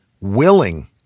willing